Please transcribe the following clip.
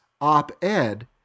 op-ed